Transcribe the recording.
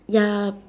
ya